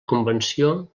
convenció